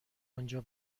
آنجا